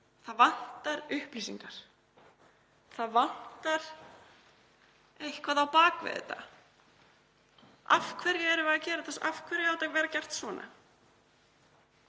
Það vantar upplýsingar. Það vantar eitthvað á bak við þetta. Af hverju erum við að gera þetta? Af hverju er þetta gert svona?